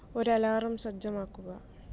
ഒരു അലാറം സജ്ജമാക്കുക